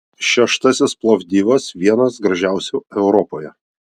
šeštasis plovdivas vienas gražiausių europoje